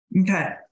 Okay